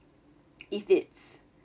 if it's